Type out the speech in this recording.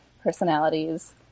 personalities—